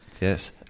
Yes